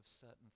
certain